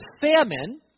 famine